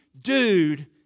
Dude